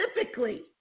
specifically